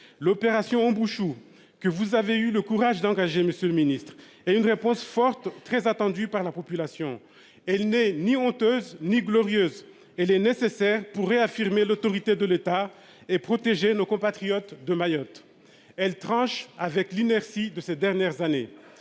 L'opération Bouchoux que vous avez eu le courage d'engager. Monsieur le Ministre et une réponse forte, très attendue par la population, elle n'est ni honteuse ni glorieuse et les nécessaires pour réaffirmer l'autorité de l'État et protéger nos compatriotes de Mayotte elle tranche avec l'inertie de ces dernières années.